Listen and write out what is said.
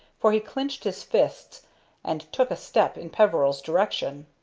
for he clinched his fists and took a step in peveril's direction.